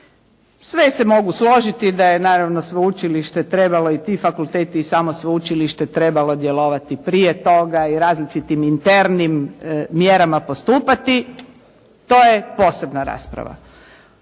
Sve se mogu složiti da je naravno sveučilište trebalo i ti fakulteti i samo sveučilište trebalo djelovati prije toga i različitim internim mjerama postupati, to je posebna rasprava.